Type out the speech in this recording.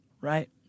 Right